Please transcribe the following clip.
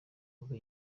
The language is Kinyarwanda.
kuba